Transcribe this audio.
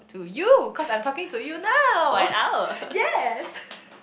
to you cause I'm talking to you now yes